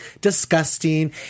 disgusting